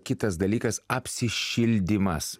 kitas dalykas apsišildymas